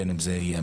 בין אם זה מד"א,